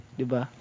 diba